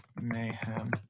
Mayhem